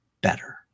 better